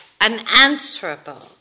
unanswerable